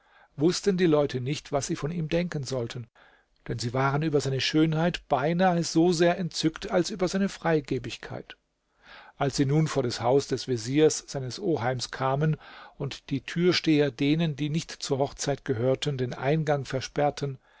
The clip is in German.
wußten die leute nicht was sie von ihm denken sollten denn sie waren über seine schönheit beinahe so sehr entzückt als über seine freigebigkeit als sie nun vor das haus des veziers seines oheims kamen und die türsteher denen die nicht zur hochzeit gehörten den eingang versperrten